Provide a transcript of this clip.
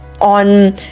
on